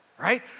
right